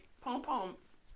pom-poms